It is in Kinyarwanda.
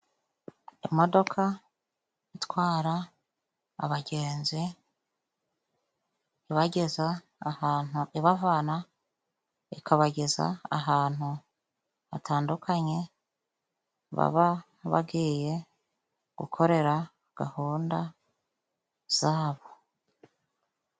Imodoka itwara abagenzi ibageza ahantu ibavana, ikabageza ahantu hatandukanye baba bagiye gukorera gahunda zabo.